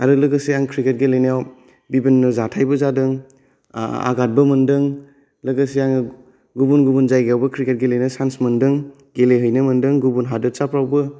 आरो लोगोसे आं क्रिकेट गेलेनायाव बिभिन्न' जाथायबो जादों आघातबो मोनदों लोगोसे आङो गुबुन गुबुन जायगायावबो क्रिकेट गेलेनो चान्स मोनदों गेलेहैनो मोदों गुबुन हादोतसाफ्रावबो